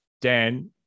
Dan